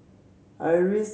Ng